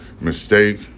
mistake